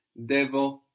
devo